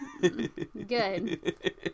Good